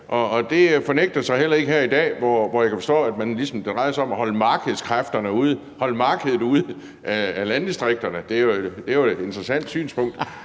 Det fornægter sig heller ikke her i dag, hvor jeg kan forstå det ligesom drejer sig om at holde markedet ude af landdistrikterne. Det er jo et interessant synspunkt.